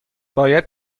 باید